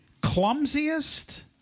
clumsiest